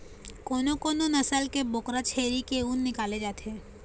कोनो कोनो नसल के बोकरा छेरी के ऊन निकाले जाथे